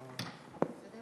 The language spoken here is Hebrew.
חברי חברי הכנסת,